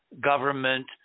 government